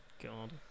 God